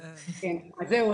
זהו,